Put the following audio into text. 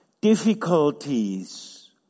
Difficulties